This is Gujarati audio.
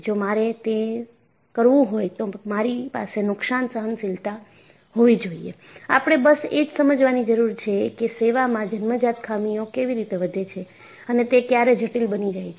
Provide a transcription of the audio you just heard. જો મારે તે કરવું હોય તો મારી પાસે નુકશાન સહનશીલતા હોવી જોઈએ આપણે બસ એ જ સમજવાની જરૂર છે કે સેવામાં જન્મજાત ખામીઓ કેવી રીતે વધે છે અને તે ક્યારે જટિલ બની જાય છે